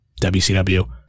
wcw